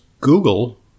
Google